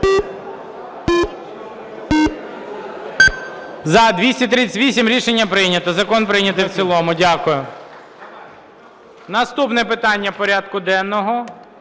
За-238 Рішення прийнято, закон прийнятий в цілому. Дякую. Наступне питання порядку денного